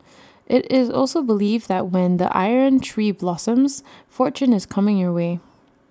IT is also believed that when the iron tree blossoms fortune is coming your way